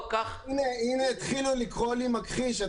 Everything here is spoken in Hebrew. הנה התחילו לקרוא לי מכחיש,